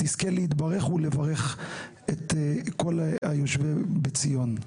תזכה להתברך ולברך את כל היושבים בציון.